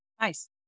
Nice